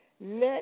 Let